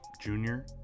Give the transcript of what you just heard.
junior